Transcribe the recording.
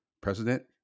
President